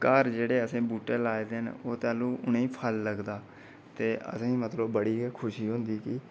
घर जेहड़े असें बूहटे लाए दे न तैह्लूं उ'नें ई फल लगदा ते असें ई मतलब बड़ी खुशी होंदी कि